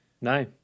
No